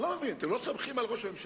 אני לא מבין, אתם לא סומכים על ראש הממשלה?